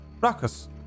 ruckus